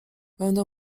będę